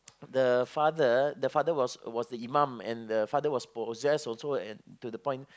the father the father was was the imam and the father was possess also and to the point